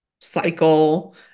cycle